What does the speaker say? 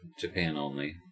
Japan-only